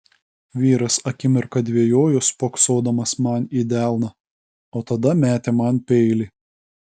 vyras akimirką dvejojo spoksodamas man į delną o tada metė man peilį